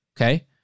okay